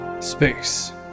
space